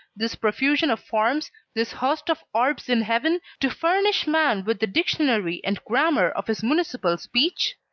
this profusion of forms, this host of orbs in heaven, to furnish man with the dictionary and grammar of his municipal speech?